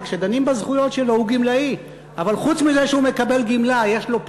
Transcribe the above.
וכשדנים בזכויות שלו הוא גמלאי.